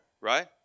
right